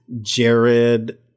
Jared